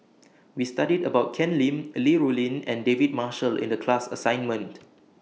We studied about Ken Lim Li Rulin and David Marshall in The class assignment